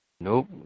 Nope